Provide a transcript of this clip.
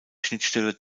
schnittstelle